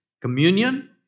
Communion